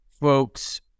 folks